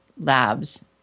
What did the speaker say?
Labs